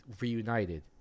reunited